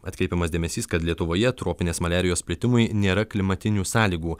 atkreipiamas dėmesys kad lietuvoje tropinės maliarijos plitimui nėra klimatinių sąlygų